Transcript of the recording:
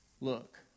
Look